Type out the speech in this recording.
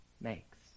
makes